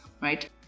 right